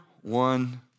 one